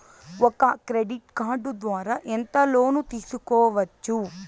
ఒక credit card ద్వారా ఎంత లోను తీసుకోవచ్చు?